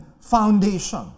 foundation